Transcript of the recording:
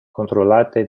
controllate